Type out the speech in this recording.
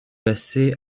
passé